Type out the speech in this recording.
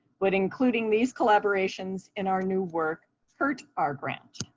would including these collaborations in our new work hurt our grant?